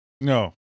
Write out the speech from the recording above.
No